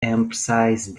emphasise